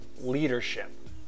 leadership